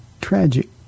tragic